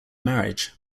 marriage